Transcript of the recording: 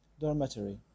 dormitory